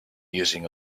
using